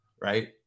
right